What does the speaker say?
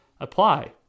apply